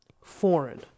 foreign